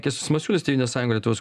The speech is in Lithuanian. kęstutis masiulis tėvynės sąjunga lietuvos